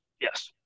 Yes